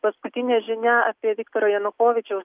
paskutinė žinia apie viktoro janukovyčiaus